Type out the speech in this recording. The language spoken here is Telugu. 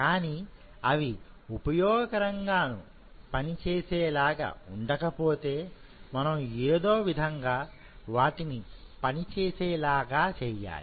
కానీ అవి ఉపయోగకరంగా నూ పని చేసే లాగా ఉండకపోతే మనం ఏదో విధంగా వాటిని పని చేసే లాగా చేయాలి